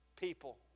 people